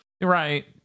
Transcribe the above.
right